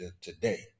today